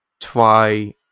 try